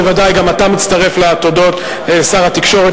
בוודאי גם אתה מצטרף לתודות לשר התקשורת